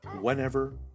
whenever